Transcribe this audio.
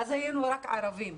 אז היינו רק ערבים.